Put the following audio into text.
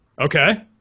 Okay